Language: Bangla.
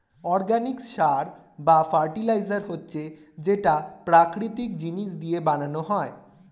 অর্গানিক সার বা ফার্টিলাইজার হচ্ছে যেটা প্রাকৃতিক জিনিস দিয়ে বানানো হয়